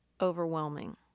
overwhelming